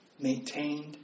maintained